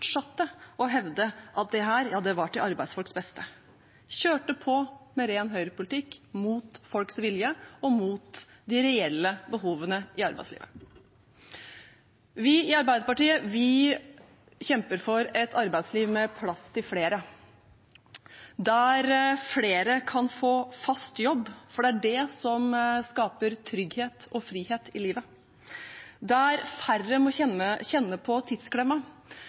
fortsatte å hevde at dette var til arbeidsfolks beste. De kjørte på med ren høyrepolitikk mot folks vilje og mot de reelle behovene i arbeidslivet. Vi i Arbeiderpartiet kjemper for et arbeidsliv med plass til flere, der flere kan få fast jobb, for det er det som skaper trygghet og frihet i livet, der færre må kjenne på tidsklemma,